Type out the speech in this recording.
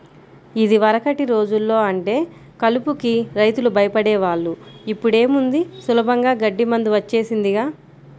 యిదివరకటి రోజుల్లో అంటే కలుపుకి రైతులు భయపడే వాళ్ళు, ఇప్పుడేముంది సులభంగా గడ్డి మందు వచ్చేసిందిగా